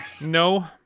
No